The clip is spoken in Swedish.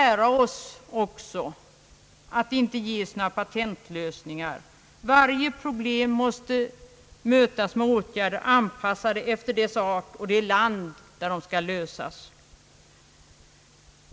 Vi måste också lära oss att det inte finns några patentlösningar. Varje problem måste lösas med åtgärder som är anpassade efter problemets art och det land där det förekommer.